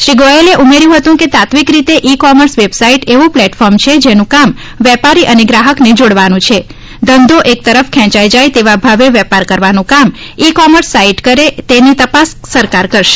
શ્રી ગોયલે ઉમેર્યું હતું કે તાત્વિક રીતે ઇ કોમર્સ વેબસાઇટ એવું પ્લેટફોર્મ છે જેનું કામ વેપારી અને ગ્રાહકને જોડવાનું છે ધંધો એક તરફ ખેંચાઇ જાય તેવા ભાવે વેપાર કરવાનું કામ ઇ કોમર્સ સાઇટ કઇ રીતે કરે તેની તપાસ સરકાર કરશે